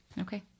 Okay